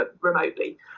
remotely